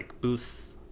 booths